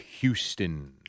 Houston